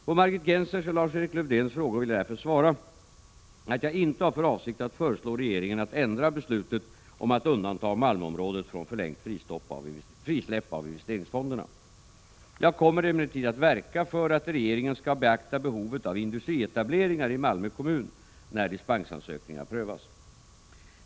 På Margit Gennsers och Lars-Erik Lövdéns frågor vill jag därför svara att jaginte har för avsikt att föreslå regeringen att ändra beslutet om att undanta Malmöområdet från förlängt frisläpp av investeringsfonderna. Jag kommer emellertid att verka för att regeringen skall beakta behovet av industrietableringar i Malmö kommun när dispensansökningar prövas.